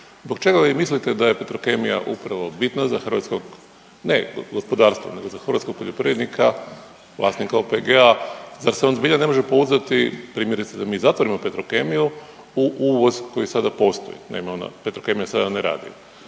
Zbog čega vi mislite da je Petrokemija upravo bitna za hrvatsko, ne gospodarstvo nego za hrvatskog poljoprivrednika, vlasnike OPG-a zar se on zbilja ne može pouzdati primjerice da mi zatvorimo Petrokemiju u uvoz koji sada postoji? Nema ona Petrokemija sada ne radi.